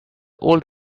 old